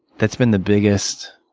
that's been the biggest